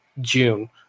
June